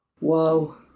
Whoa